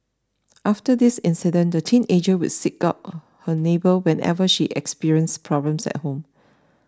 after this incident the teenager would seek out her neighbour whenever she experienced problems at home